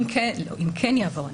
אם כן יעבור הנטל.